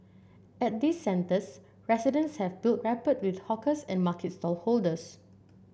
at these centres residents have built rapport with hawkers and market stallholders